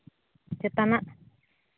ᱪᱮᱛᱟᱱᱟᱜ